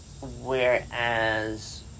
whereas